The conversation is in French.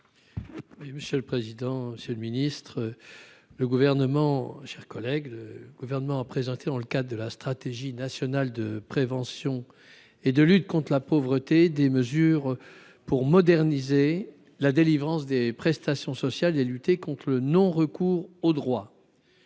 gouvernement, chers collègues, le gouvernement a présenté dans le cas de la stratégie nationale de prévention et de lutte conte la pauvreté des mesures pour moderniser la délivrance des prestations sociales et lutter contre le non-recours aux droits.